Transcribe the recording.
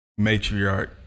matriarch